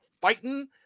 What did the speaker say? fighting